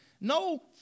No